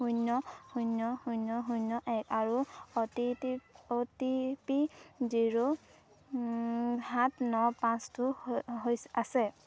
শূন্য শূন্য শূন্য শূন্য এক আৰু অ' টি পি জিৰ' সাত ন পাঁচটো হৈছে আছে